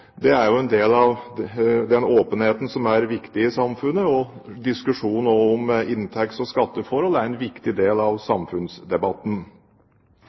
Det er en del av den åpenheten som er viktig i samfunnet, og diskusjon om inntekt og skatteforhold er en viktig del av samfunnsdebatten.